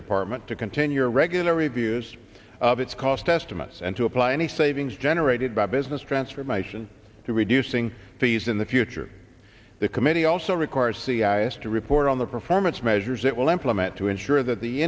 department to continue a regular reviews of its cost estimates and to apply any savings generated by business transformation to reducing fees in the future the committee also requires c i s to report on the performance measures it will implement to ensure that the